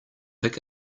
pick